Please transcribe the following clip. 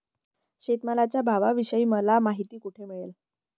शेतमालाच्या भावाविषयी मला माहिती कोठे मिळेल?